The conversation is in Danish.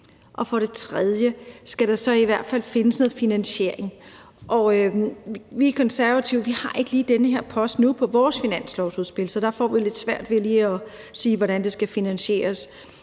For det tredje skal der så i hvert fald findes noget finansiering, og vi i Konservative har ikke lige den her post på vores finanslovsudspil, så vi får lidt svært ved lige at sige, hvordan det skal finansieres.